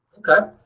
okay.